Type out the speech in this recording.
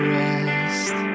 rest